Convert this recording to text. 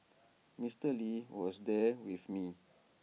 Mister lee was there with me